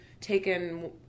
taken